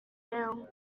now